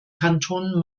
kanton